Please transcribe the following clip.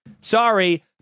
sorry